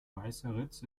weißeritz